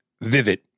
Vivid